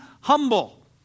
humble